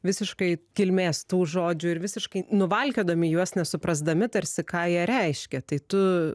visiškai kilmės tų žodžių ir visiškai nuvalkiojami juos nesuprasdami tarsi ką reiškia tai tu